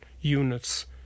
units